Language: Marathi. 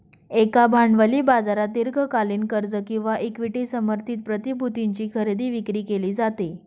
एका भांडवली बाजारात दीर्घकालीन कर्ज किंवा इक्विटी समर्थित प्रतिभूतींची खरेदी विक्री केली जाते